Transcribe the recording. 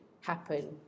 happen